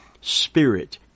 Spirit